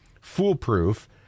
foolproof